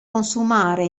consumare